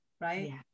right